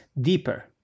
deeper